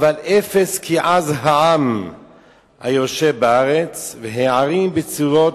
אבל אפס כי עז העם היושב בארץ והערים בצורות